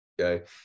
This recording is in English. Okay